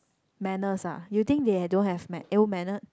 manners ah you think they have don't have ma~ ill mannered